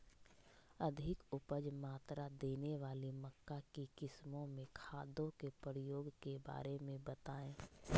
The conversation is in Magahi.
अधिक उपज मात्रा देने वाली मक्का की किस्मों में खादों के प्रयोग के बारे में बताएं?